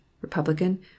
Republican